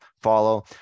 follow